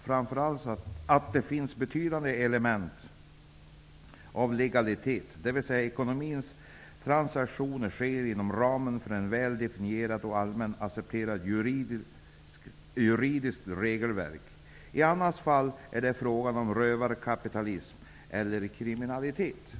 framför allt att det finns ett betydande element av legalitet, dvs att ekonomiska transaktioner sker inom ramen för ett väl definierat och allmänt accepterat juridiskt regelverk. I annat fall är det fråga om rövarkapitalism eller kriminalitet.''